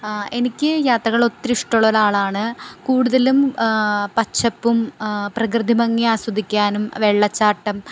എനിക്ക് യാത്രകൾ ഒത്തിരി ഇഷ്ടമുള്ള ഒരു ആളാണ് കൂടുതലും പച്ചപ്പും പ്രകൃതി ഭംഗി ആസ്വദിക്കാനും വെള്ളച്ചാട്ടം